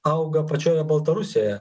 auga pačioje baltarusijoje